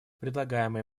предлагаемые